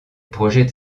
projette